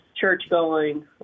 church-going